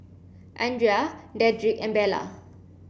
Andria Dedric and Bella